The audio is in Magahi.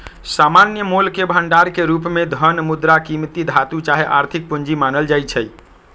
सामान्य मोलके भंडार के रूप में धन, मुद्रा, कीमती धातु चाहे आर्थिक पूजी मानल जाइ छै